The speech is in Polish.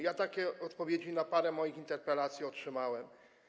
Ja takie odpowiedzi na parę moich interpelacji otrzymałem.